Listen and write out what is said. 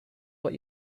what